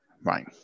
right